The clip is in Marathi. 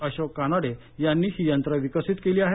अशोक कानडे यांनी ही यंत्र विकसित केली आहेत